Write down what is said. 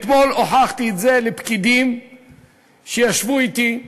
אתמול הוכחתי את זה לפקידים שישבו אתי,